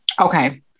Okay